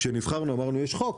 כשנבחרנו, אמרנו: יש חוק,